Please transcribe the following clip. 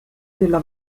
della